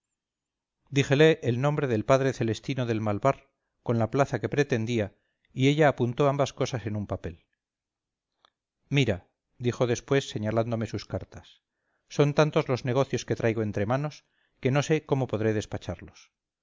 la plaza que pretendía y ella apuntó ambas cosas en un papel mira dijo después señalándome sus cartas son tantos los negocios que traigo entre manos que no sé cómo podré despacharlos la